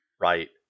Right